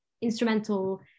instrumental